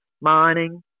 mining